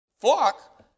flock